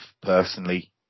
personally